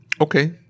Okay